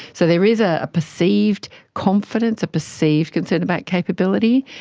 so there is ah a perceived confidence, a perceived concern about capability,